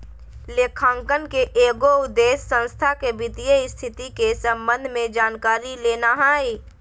लेखांकन के एगो उद्देश्य संस्था के वित्तीय स्थिति के संबंध में जानकारी लेना हइ